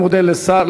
אני מודה לשר,